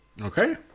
Okay